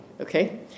okay